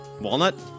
Walnut